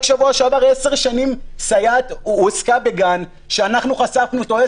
רק בשבוע שעבר עשר שנים סייעת הועסקה בגן שאנחנו חשפנו את המקרה.